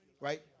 right